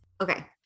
Okay